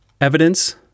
evidence